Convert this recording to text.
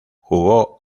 jugó